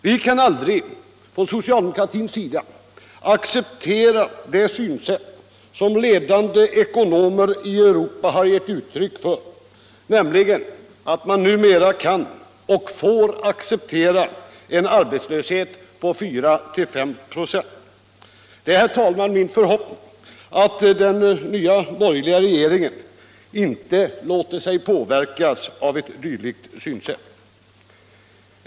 Vi kan aldrig på socialdemokratins sida acceptera det synsätt som ledande ekonomer i Europa har gett uttryck för, nämligen att man numera kan och får acceptera en arbetslöshet på 4—-5 26. Det är, herr talman, min förhoppning att den nya borgerliga regeringen inte låter sig påverkas av ett dylikt synsätt.